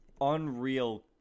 Unreal